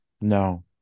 No